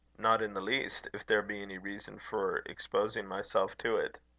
not in the least, if there be any reason for exposing myself to it.